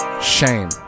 Shame